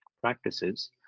practices